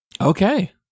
Okay